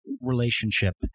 relationship